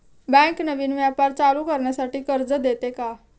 Bank नवीन व्यापार चालू करण्यासाठी कर्ज देते का?